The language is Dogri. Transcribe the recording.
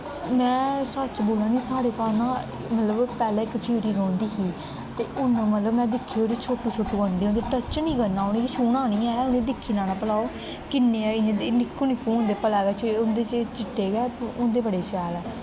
में सच बोला नी साढ़े घर ना मतलब पैह्लें इक चिड़ी रौंह्दी ही ते उन्न में देखी ओड़ी छोटू छोटू अंडे होंदे टच निं करना उ'नेंगी छूहना निं ऐ उ'नेंगी दिक्खी लैना भला ओह् किन्ने ऐ इ'यां निक्कू निक्कू होंदे भला गै उं'दे चिट्टे गै होंदे बड़े शैल ऐ